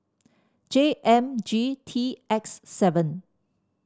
J M G T X seven